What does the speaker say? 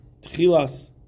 Tchilas